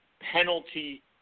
penalty